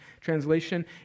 Translation